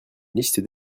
liste